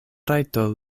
rajto